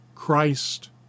Christ